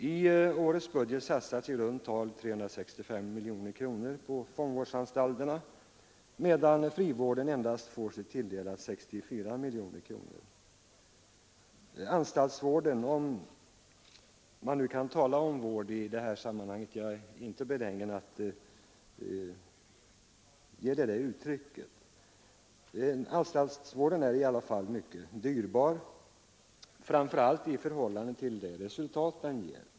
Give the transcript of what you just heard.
I årets budget satsas i runt tal 365 miljoner kronor på fångvårdsanstalterna medan frivården endast tilldelas 64 miljoner kronor. Anstaltsvården — om man nu kan tala om vård i detta sammanhang, jag är inte benägen att göra det — är mycket dyrbar, framför allt i förhållande till de resultat den ger.